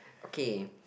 okay